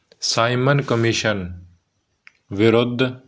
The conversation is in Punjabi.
ਸਾਈਮਨ ਕਮਿਸ਼ਨ ਵਿਰੁੱਧ